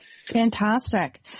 Fantastic